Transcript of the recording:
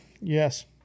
Yes